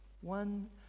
one